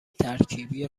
ترکیبی